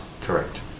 Correct